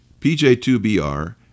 PJ2BR